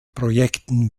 projekten